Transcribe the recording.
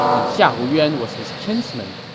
and xiahou yuan was his kinsman.